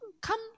come